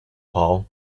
paul